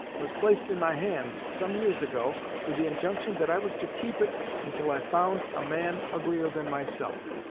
was placed in my hands some years ago with the injunction that i was to keep it until i found a man uglier than myself.